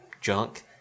junk